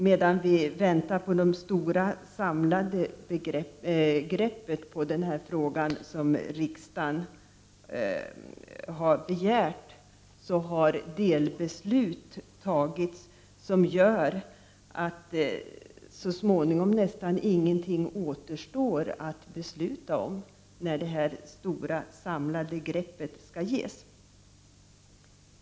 Medan vi väntat på det stora, samlande grepp som riksdagen begärt, har delbeslut tagits som gör att det så småningom nästan ingenting återstår att besluta om, när det förväntade samlande greppet skall tas.